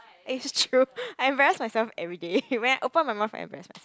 it's true I embarrass myself everyday when I open my mouth I embarrass myself